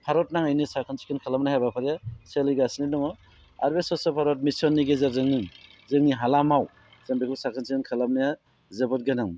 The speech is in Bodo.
भारत नाङैनो साखोन सिखोन खालामनाय हाबाफारिया सोलिगासिनो दङ आरो बे स्वच्च भारत मिसननि गेजेरजोंनो जोंनि हालामाव जों बेखौ साखोन सिखोन खालामनाया जोबोद गोनां